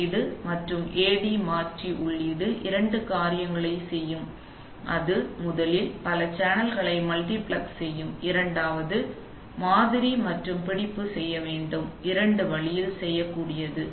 உள்ளீடு மற்றும் AD மாற்றி உள்ளீடு இரண்டு காரியங்களைச் செய்யும் தொகுதி உள்ளது அது முதலில் பல சேனல்களை மல்டிபிளக்ஸ் செய்யும் இரண்டாவதாக அது மாதிரி மற்றும் பிடிப்பு செய்ய வேண்டும் இப்போது இது இரண்டு வழிகளில் செய்யக்கூடியது